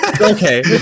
Okay